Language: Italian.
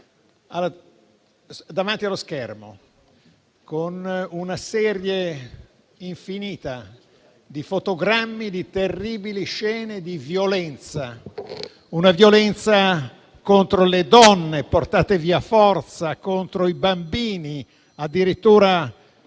davanti allo schermo, con una serie infinita di fotogrammi di terribili scene di violenza; una violenza contro le donne, portate via a forza, e contro i bambini - addirittura